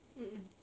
mm mm